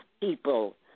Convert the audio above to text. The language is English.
people